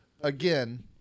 again